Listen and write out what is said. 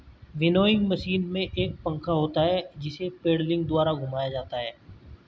winnowing machine में एक पंखा होता है जिसे पेडलिंग द्वारा घुमाया जाता है